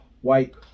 White